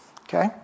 okay